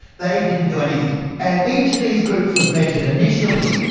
they didn't do anything. and each of these groups was measured initially,